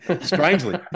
strangely